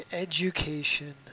education